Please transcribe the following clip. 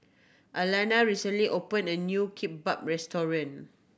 Alannah recently opened a new Kimbap Restaurant